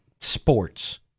sports